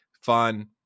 fun